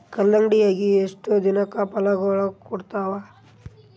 ಕಲ್ಲಂಗಡಿ ಅಗಿ ಎಷ್ಟ ದಿನಕ ಫಲಾಗೋಳ ಕೊಡತಾವ?